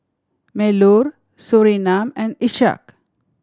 Melur Surinam and Ishak